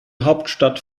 hauptstadt